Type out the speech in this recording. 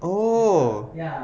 oh